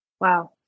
Wow